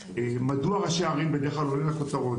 מדוע ראשי ערים בדרך כלל עולים לכותרות,